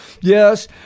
Yes